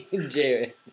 Jared